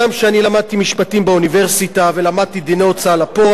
כשאני למדתי משפטים באוניברסיטה ולמדתי דיני הוצאה לפועל,